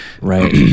right